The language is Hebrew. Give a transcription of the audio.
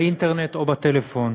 באינטרנט או בטלפון,